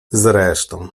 zresztą